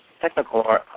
technical